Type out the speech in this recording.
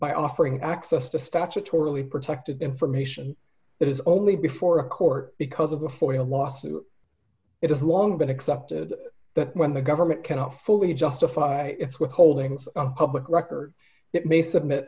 by offering access to statutorily protected information that is only before a court because of before a lawsuit it has long been accepted that when the government cannot fully justify its withholdings public record it may submit